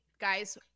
Guys